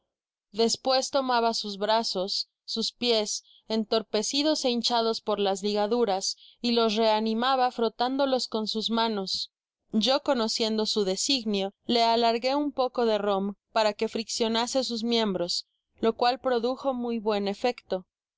acariciartedespues tomaba sus brazos sus pies entorpecidos ó bifl batfos por las ligaduras y los reanimaba frotándolos cen m manos yo conociendo su designio ie alargué un poco de rom para que friccionase sus miembros lo cual produjo muy buen efecto esta